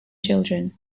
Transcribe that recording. children